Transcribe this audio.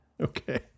Okay